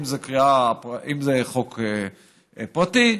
אם זה חוק פרטי,